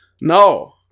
no